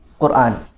Quran